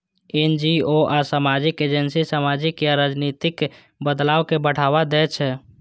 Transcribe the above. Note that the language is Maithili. एन.जी.ओ आ सामाजिक एजेंसी सामाजिक या राजनीतिक बदलाव कें बढ़ावा दै छै